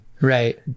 Right